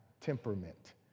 temperament